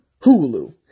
Hulu